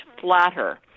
flatter